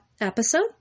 episode